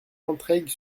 entraigues